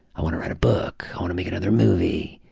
i want to write a book, i want to make another movie,